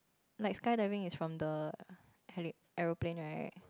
like skydiving is from the heli~ aeroplane right